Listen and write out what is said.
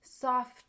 soft